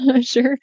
sure